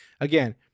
Again